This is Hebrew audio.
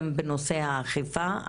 גם בנושא האכיפה.